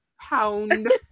Pound